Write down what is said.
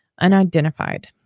unidentified